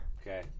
Okay